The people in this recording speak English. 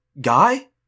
Guy